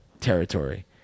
territory